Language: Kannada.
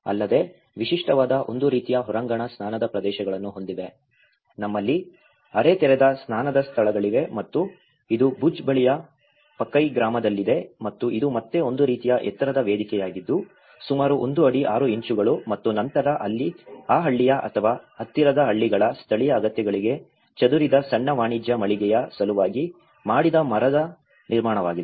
ಅಲ್ಲದೆ ವಿಶಿಷ್ಟವಾದ ಒಂದು ರೀತಿಯ ಹೊರಾಂಗಣ ಸ್ನಾನದ ಪ್ರದೇಶಗಳನ್ನು ಹೊಂದಿವೆ ನಮ್ಮಲ್ಲಿ ಅರೆ ತೆರೆದ ಸ್ನಾನದ ಸ್ಥಳಗಳಿವೆ ಮತ್ತು ಇದು ಭುಜ್ ಬಳಿಯ ಪಕೈ ಗ್ರಾಮದಲ್ಲಿದೆ ಮತ್ತು ಇದು ಮತ್ತೆ ಒಂದು ರೀತಿಯ ಎತ್ತರದ ವೇದಿಕೆಯಾಗಿದ್ದು ಸುಮಾರು ಒಂದು ಅಡಿ ಆರು ಇಂಚುಗಳು ಮತ್ತು ನಂತರ ಅಲ್ಲಿ ಆ ಹಳ್ಳಿಯ ಅಥವಾ ಹತ್ತಿರದ ಹಳ್ಳಿಗಳ ಸ್ಥಳೀಯ ಅಗತ್ಯಗಳಿಗೆ ಚದುರಿದ ಸಣ್ಣ ವಾಣಿಜ್ಯ ಮಳಿಗೆಯ ಸಲುವಾಗಿ ಮಾಡಿದ ಮರದ ನಿರ್ಮಾಣವಾಗಿದೆ